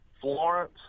Florence